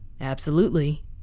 Absolutely